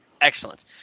Excellent